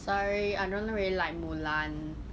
sorry I don't really like mulan